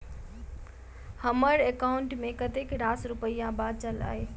हम्मर एकाउंट मे कतेक रास रुपया बाचल अई?